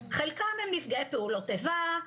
חלקם הם נפגעי פעולות איבה,